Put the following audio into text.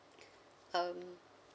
um